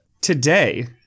Today